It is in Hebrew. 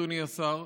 אדוני השר,